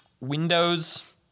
Windows